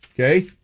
Okay